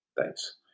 Thanks